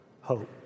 hope